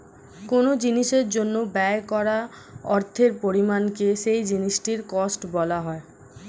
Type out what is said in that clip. কোন জিনিসের জন্য ব্যয় করা অর্থের পরিমাণকে সেই জিনিসটির কস্ট বলা হয়